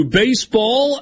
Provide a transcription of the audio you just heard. baseball